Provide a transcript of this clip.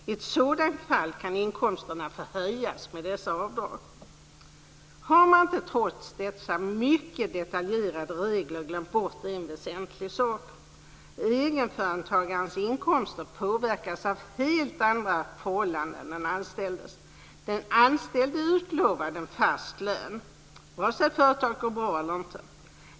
I ett sådant fall kan inkomsterna få höjas med dessa avdrag. Har man inte trots dessa mycket detaljerade regler glömt bort en väsentlig sak, nämligen att egenföretagarens inkomster påverkas av helt andra förhållanden än den anställdes? Den anställde är utlovad en fast lön, vare sig företaget går bra eller inte.